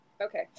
okay